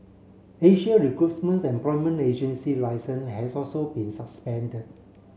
Asia Recruit's employment agency licence has also been suspended